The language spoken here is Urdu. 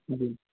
جی